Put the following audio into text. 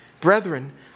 Brethren